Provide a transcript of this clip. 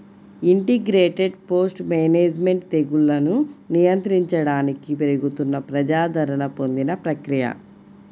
integrated pest management తెగుళ్లను నియంత్రించడానికి పెరుగుతున్న ప్రజాదరణ పొందిన ప్రక్రియ